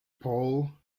paul